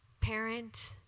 parent